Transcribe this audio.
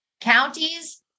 Counties